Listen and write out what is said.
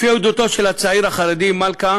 לפי עדותו של הצעיר החרדי, מלכה